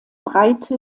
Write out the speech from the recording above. breite